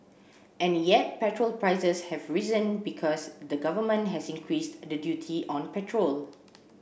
and yet petrol prices have risen because the government has increased the duty on petrol